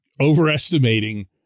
overestimating